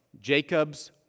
Jacob's